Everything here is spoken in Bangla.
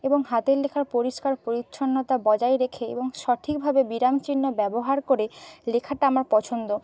এবং হাতের লেখার পরিষ্কার পরিচ্ছন্নতা বজায় রেখে এবং সঠিকভাবে বিরাম চিহ্ন ব্যবহার করে লেখাটা আমার পছন্দ